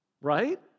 Right